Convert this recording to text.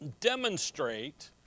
demonstrate